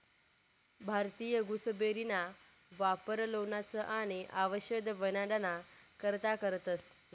भारतीय गुसबेरीना वापर लोणचं आणि आवषद बनाडाना करता करतंस